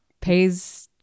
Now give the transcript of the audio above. pays